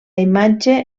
imatge